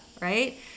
right